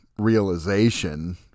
realization